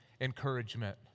encouragement